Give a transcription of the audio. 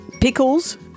pickles